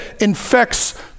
infects